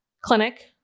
clinic